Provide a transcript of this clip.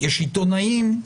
יש עיתונאים.